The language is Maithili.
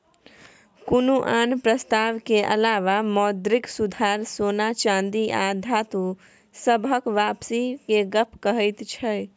कुनु आन प्रस्ताव के अलावा मौद्रिक सुधार सोना चांदी आ धातु सबहक वापसी के गप कहैत छै